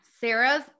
Sarah's